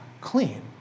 clean